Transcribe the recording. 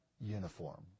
uniform